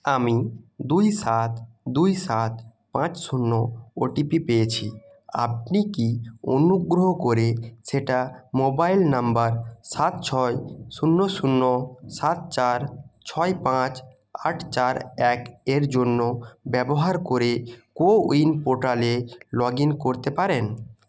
আমি দুই সাত দুই সাত পাঁচ শূন্য ওটিপি পেয়েছি আপনি কি অনুগ্রহ করে সেটা মোবাইল নাম্বার সাত ছয় শূন্য শূন্য সাত চার ছয় পাঁচ আট চার এক এর জন্য ব্যবহার করে কোউইন পোর্টালে লগ ইন করতে পারেন